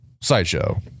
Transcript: sideshow